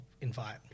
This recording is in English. invite